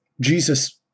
Jesus